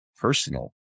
personal